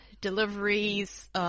deliveries –